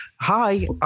hi